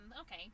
okay